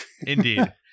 Indeed